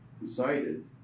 decided